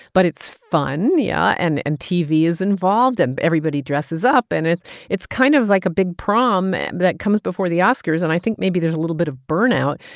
but it's fun. yeah, and and tv is involved. and everybody dresses up. and it's it's kind of, like, a big prom that comes before the oscars. and i think maybe there's a little bit of burnout.